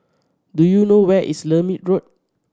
do you know where is Lermit Road